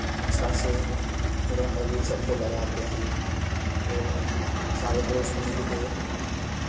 अच्छा से रंग अबीर सबको लगाते हैं और सारे दोस्त मिल के